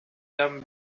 them